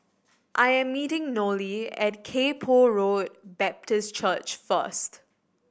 i am meeting Nolie at Kay Poh Road Baptist Church first